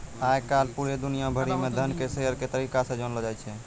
आय काल पूरे दुनिया भरि म धन के शेयर के तरीका से जानलौ जाय छै